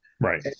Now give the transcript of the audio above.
Right